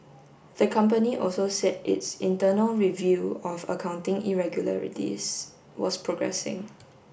the company also said its internal review of accounting irregularities was progressing